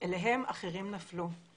אליהם אחרים נפלו.